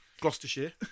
Gloucestershire